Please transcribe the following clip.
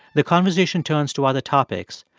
the conversation turns to other topics,